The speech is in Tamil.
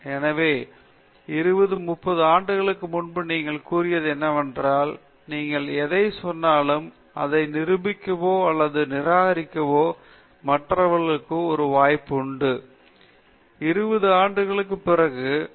எனவே 20 30 ஆண்டுகளுக்கு முன்பு நீங்கள் கூறியது என்னவென்றால் நீங்கள் எதைச் சொன்னாலும் அதை நிரூபிக்கவோ அல்லது நிராகரிக்கவோ மற்றவர்களுக்கு ஒரு வாய்ப்பும் உண்டு எனவே என்ன கருத்தை எந்த கோட்பாடு நீங்கள் உருவாக்கிய எந்த சோதனை முடிவுகளை அவர்கள் சில நேரம் சோதனை தாங்க முடியாது நேரம் ஒரு வன்முறை சரி ஏனெனில்